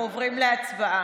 אנחנו עוברים להצבעה.